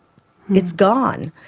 it's gone.